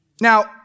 Now